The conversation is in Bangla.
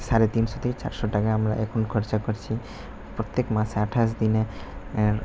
সাড়ে তিন থেকে চারশো টাকা আমরা এখন খরচা করছি প্রত্যেক মাসে আঠাশ দিনে